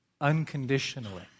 unconditionally